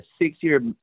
six-year